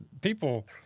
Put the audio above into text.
People